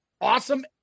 Awesome